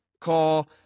call